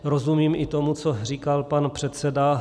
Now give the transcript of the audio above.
Rozumím i tomu, co říkal pan předseda.